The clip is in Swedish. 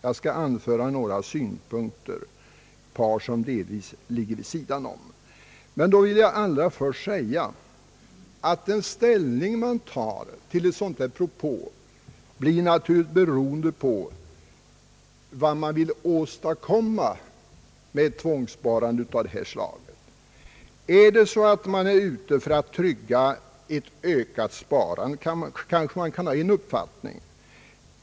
Jag skall anföra några synpunkter, som delvis ligger vid sidan om. Då vill jag allra först framhålla att den ställning man tar till en sådan propå naturligtvis beror på vad man vill åstadkomma med tvångssparande av det här slaget. Är man ute för att trygga ett ökat sparande kanske man kan ha en uppfattning.